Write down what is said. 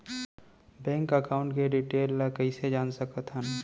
Bank account के detail ल कइसे जान सकथन?